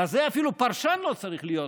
לזה אפילו פרשן לא צריך להיות.